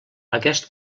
aquest